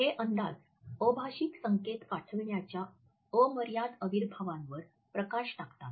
हे अंदाज अभाषिक संकेत पाठविण्याच्या अमर्याद अविर्भावांवर प्रकाश टाकतात